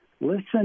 listen